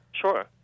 Sure